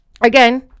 again